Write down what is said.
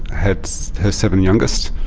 had her seven youngest